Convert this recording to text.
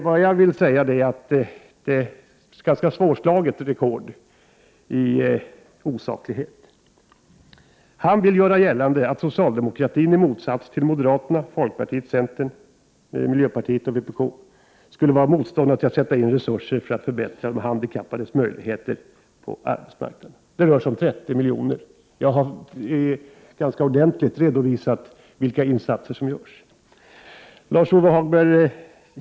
Vad jag vill säga är att detta är ett ganska svårslaget rekord i osaklighet. Han vill göra gällande att socialdemokratin, i motsats till moderaterna, folkpartiet, centern, miljöpartiet och vpk, skulle vara motståndare till att sätta in resurser för att förbättra de handikappades möjligheter på arbetsmarknaden. Det rör sig om 30 milj.kr. Jag har ganska ordentligt redovisat vilka insatser som görs.